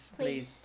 please